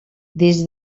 des